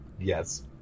Yes